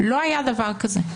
לא היה דבר כזה.